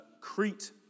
Crete